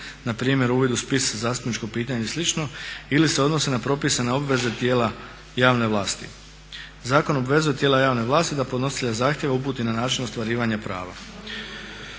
npr. uvid u spis zastupničkog pitanja ili slično ili se odnose na propisane obveze tijela javne vlasti. Zakon obvezuje tijela javne vlasti da podnositelja zahtjeva uputi na način ostvarivanja prava.